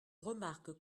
remarque